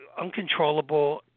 uncontrollable